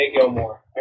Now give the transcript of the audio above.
Gilmore